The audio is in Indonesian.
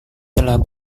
telah